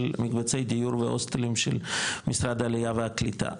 של מקבצי דיור והוסטלים של משרד העלייה והקליטה.